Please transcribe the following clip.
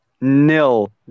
Nil